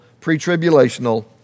pre-tribulational